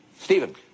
Stephen